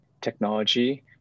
technology